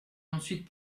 ensuite